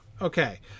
Okay